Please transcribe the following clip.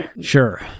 sure